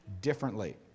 Differently